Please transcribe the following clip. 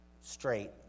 straight